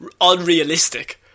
unrealistic